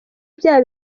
bya